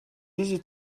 easy